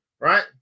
Right